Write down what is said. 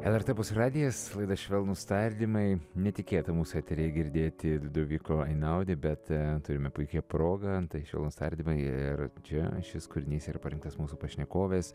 lrt opus radijas laida švelnūs tardymai netikėta mūsų eteryje girdėti liudoviko inaudi bet turime puikią progą tai švelnūs tardymai ir čia šis kūrinys yra parinktas mūsų pašnekovės